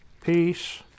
peace